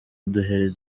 uduheri